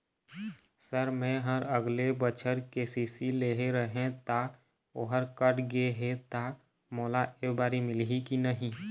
Sir मेहर अगले बछर के.सी.सी लेहे रहें ता ओहर कट गे हे ता मोला एबारी मिलही की नहीं?